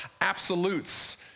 absolutes